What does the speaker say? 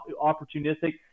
opportunistic